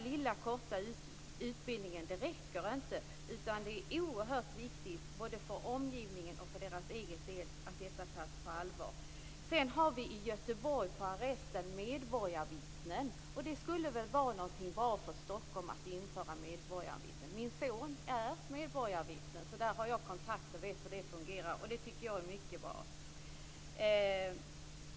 Deras korta utbildning räcker inte. Det är oerhört viktigt både för omgivningen och för deras egen del att detta tas på allvar. I arresten i Göteborg har man medborgarvittnen. Det skulle väl vara bra att införa medborgarvittnen även i Stockholm. Min son är medborgarvittne, så jag vet att det fungerar mycket bra.